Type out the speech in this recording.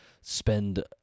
spend